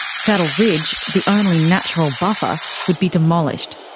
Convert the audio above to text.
saddle ridge, the only natural buffer, would be demolished.